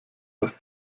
was